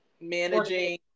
managing